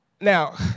Now